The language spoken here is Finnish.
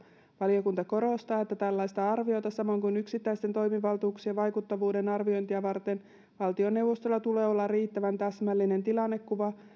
valiokunta korostaa että tällaista arviota samoin kuin yksittäisten toimivaltuuksien vaikuttavuuden arviointia varten valtioneuvostolla tulee olla riittävän täsmällinen tilannekuva